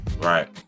Right